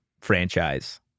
franchise